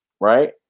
right